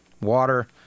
water